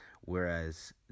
Whereas